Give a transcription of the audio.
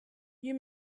you